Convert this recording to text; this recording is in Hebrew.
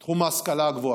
תחום ההשכלה הגבוהה,